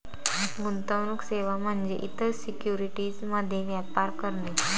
गुंतवणूक सेवा म्हणजे इतर सिक्युरिटीज मध्ये व्यापार करणे